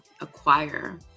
acquire